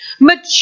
mature